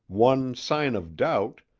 one sign of doubt,